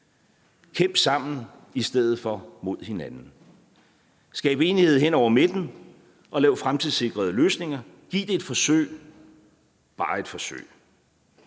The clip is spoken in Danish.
Kæmp sammen i stedet for mod hinanden, skab enighed hen over midten, og lav fremtidssikrede løsninger. Giv det et forsøg, et varigt forsøg.